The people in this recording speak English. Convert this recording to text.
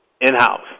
in-house